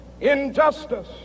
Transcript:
injustice